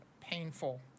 painful